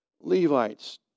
Levites